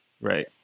Right